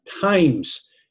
times